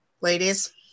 ladies